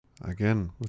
Again